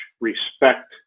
respect